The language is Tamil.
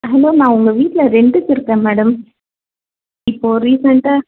ஹலோ நான் உங்கள் வீட்டில் ரென்ட்டுக்கு இருக்கேன் மேடம் இப்போது ரீசன்ட்டாக